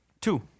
Two